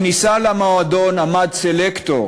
בכניסה למועדון עמד סלקטור